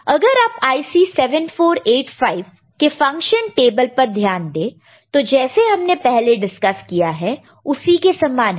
अगर आप IC 7485 के फंक्शन टेबल पर ध्यान दे तो जैसे हमने पहले डिस्कस किया है उसी के समान है